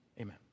amen